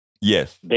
Yes